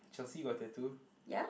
Chelsea got tattoo